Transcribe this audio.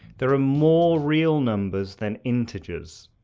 there are more real numbers than integers.